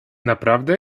naprawdę